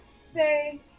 say